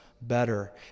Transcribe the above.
Better